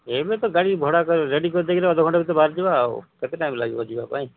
ଏବେ ତ ଗାଡ଼ି ଭଡ଼ା ରେଡ଼ି କରିଦେଇକି ଅଧ ଘଣ୍ଟା ଭିତରେ ବାହାରିଯିବା ଆଉ କେତେ ଟାଇମ୍ ଲାଗିବ ଯିବା ପାଇଁ